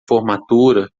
formatura